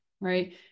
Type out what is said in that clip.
right